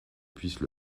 puissent